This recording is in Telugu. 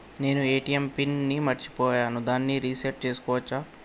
నేను ఏ.టి.ఎం పిన్ ని మరచిపోయాను దాన్ని రీ సెట్ చేసుకోవచ్చా?